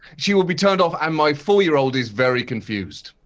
she will be turned off and my four year old is very confused.